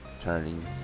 Turning